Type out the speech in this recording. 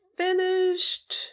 finished